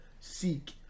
Seek